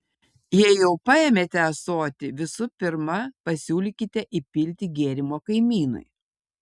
jei jau paėmėte ąsotį visų pirma pasiūlykite įpilti gėrimo kaimynui